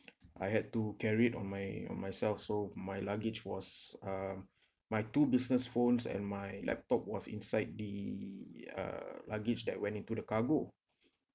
I had to carry on my on myself so my luggage was uh my two business phones and my laptop was inside the uh luggage that went into the cargo